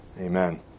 Amen